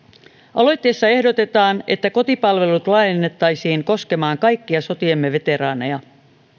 aloitteessa ehdotetaan että kotipalvelut laajennettaisiin koskemaan kaikkia sotiemme veteraaneja